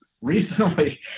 Recently